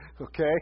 Okay